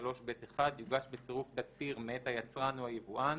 3(ב)(1) יוגש בצירוף תצהיר מאת היצרן או היבואן